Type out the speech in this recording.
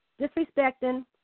disrespecting